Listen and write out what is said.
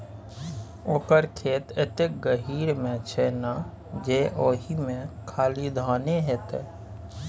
ओकर खेत एतेक गहीर मे छै ना जे ओहिमे खाली धाने हेतै